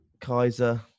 Kaiser